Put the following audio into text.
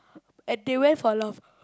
and they went for a lot of